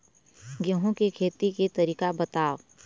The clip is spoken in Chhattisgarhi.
गेहूं के खेती के तरीका बताव?